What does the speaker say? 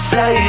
Say